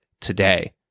today